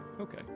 Okay